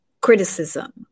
criticism